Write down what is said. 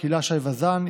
הילה שי וזאן,